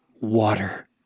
water